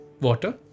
water